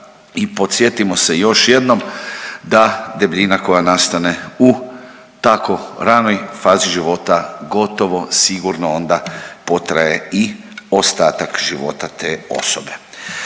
I podsjetimo se još jednom da debljina koja nastane u takvoj ranoj fazi života gotovo sigurno onda potraje i ostatak života te osobe.